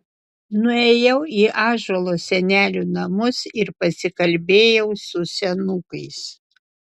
nuėjau į ąžuolo senelių namus ir pasikalbėjau su senukais